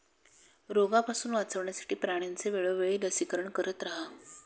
रोगापासून वाचवण्यासाठी प्राण्यांचे वेळोवेळी लसीकरण करत रहा